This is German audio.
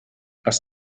aus